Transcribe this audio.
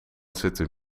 zitten